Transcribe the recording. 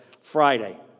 Friday